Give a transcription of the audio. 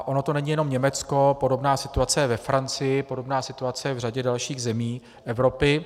Ono to není jenom Německo, podobná situace je ve Francii, podobná situace je v řadě dalších zemí Evropy.